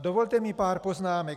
Dovolte mi pár poznámek.